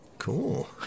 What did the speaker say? Cool